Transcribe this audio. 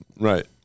Right